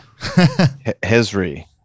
Hezri